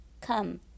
Come